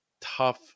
tough